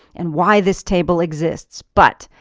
and why this table exists. but,